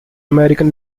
american